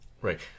Right